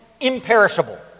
imperishable